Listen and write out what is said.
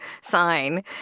sign